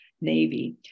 Navy